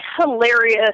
hilarious